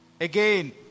again